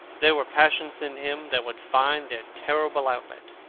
there were passions in him that would find their terrible outlet,